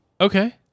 Okay